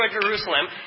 Jerusalem